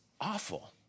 awful